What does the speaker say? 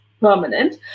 permanent